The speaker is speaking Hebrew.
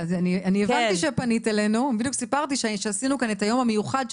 אני חייבת להגיד שאחת הבעיות,